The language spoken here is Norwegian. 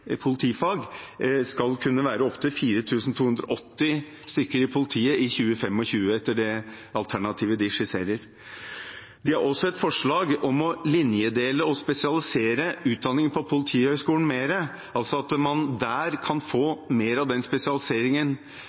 politifag, skal kunne gi opptil 4 280 stykker i politiet i 2025 – etter det alternativet de skisserer. De har også et forslag om å linjedele og spesialisere utdanningen på Politihøgskolen mer, altså at man der kan få mer av den spesialiseringen